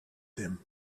them